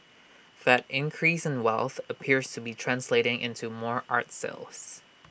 that increase in wealth appears to be translating into more art sales